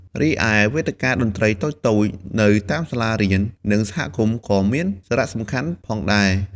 រីឯវេទិកាតន្ត្រីតូចៗនៅតាមសាលារៀន និងសហគមន៍ក៏មានសារៈសំខាន់ផងដែរ។